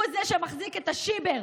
הוא שמחזיק את השיבר